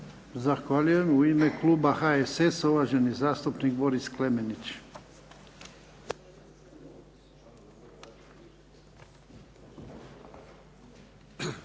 Zahvaljujem. U ime kluba HSS-a uvaženi zastupnik Boris Klemenić.